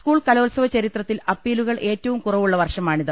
school കലോത്സവ ചരിത്രത്തിൽ അപ്പീലുകൾ ഏറ്റവും കുറ വുളള വർഷമാണിത്